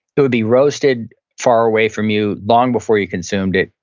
it would be roasted far away from you long before you consumed it,